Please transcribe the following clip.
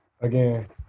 Again